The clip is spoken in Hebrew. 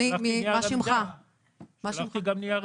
ולכן היא צריכה להשתנות כדי שתהיה העלאה אמיתית ומורגשת.